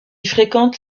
fréquente